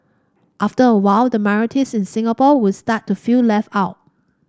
after a while the minorities in Singapore would start to feel left out